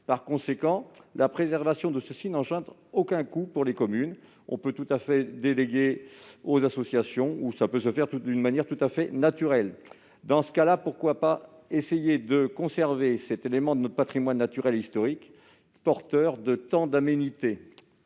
Par conséquent, la préservation de ceux-ci n'engendre aucun coût pour les communes. L'entretien peut être délégué aux associations ou se faire d'une manière tout à fait naturelle. Aussi, pourquoi ne pas essayer de conserver cet élément de notre patrimoine naturel et historique, porteur de tant d'aménités